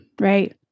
Right